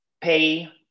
pay